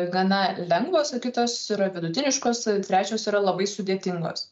gana lengvos o kitos yra vidutiniškos trečios yra labai sudėtingos